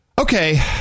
Okay